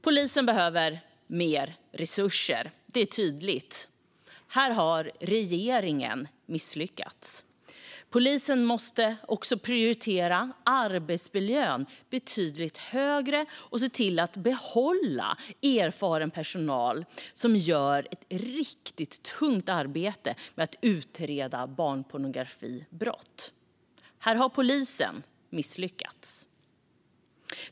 Polisen behöver mer resurser, och det är tydligt. Här har regeringen misslyckats. Polisen måste också prioritera arbetsmiljön betydligt högre och se till att behålla erfaren personal som gör ett riktigt tungt arbete med att utreda barnpornografibrott. Här har polisen misslyckats.